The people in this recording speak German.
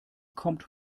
kommt